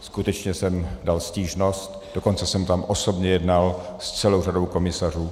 Skutečně jsem dal stížnost, dokonce jsem tam osobně jednal s celou řadou komisařů.